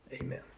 Amen